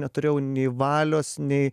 neturėjau nei valios nei